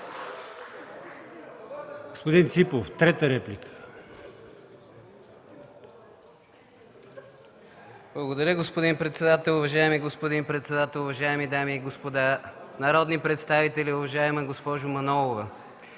Господин Ципов – трета реплика. КРАСИМИР ЦИПОВ (ГЕРБ): Благодаря, господин председател. Уважаеми господин председател, уважаеми дами и господа народни представители! Уважаема госпожо Манолова,